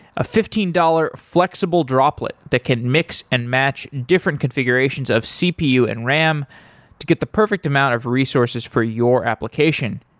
a fifteen dollars f lexible droplet that can mix and match different conf igurations of cpu and ram to get the perfect amount of resources for your application.